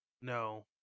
no